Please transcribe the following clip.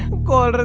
go but